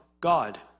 God